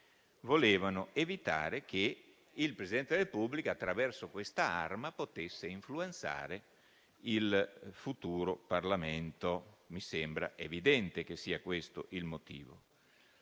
volevano evitare che il Presidente della Repubblica, attraverso quest'arma, potesse influenzare il futuro Parlamento. Mi sembra evidente che sia questo il motivo.